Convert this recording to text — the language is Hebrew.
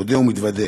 מודה ומתוודה,